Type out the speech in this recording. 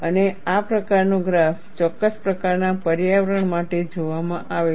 અને આ પ્રકારનો ગ્રાફ ચોક્કસ પ્રકારના પર્યાવરણ માટે જોવામાં આવે છે